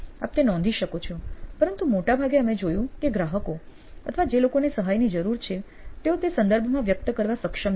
આપ તે નોંધી શકો છો પરંતુ મોટા ભાગે અમે જોયું કે ગ્રાહકો અથવા જે લોકોને સહાયની જરૂર છે તેઓ તે સંદર્ભમાં વ્યક્ત કરવા સક્ષમ નથી